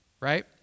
right